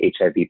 HIV